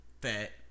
fat